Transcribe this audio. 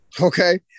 Okay